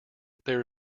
there